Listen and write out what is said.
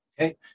Okay